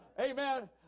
Amen